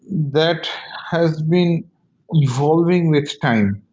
that has been evolving with time.